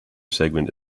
segment